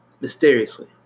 Mysteriously